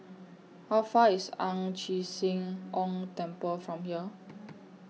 How Far IS Ang Chee Sia Ong Temple from here